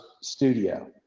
studio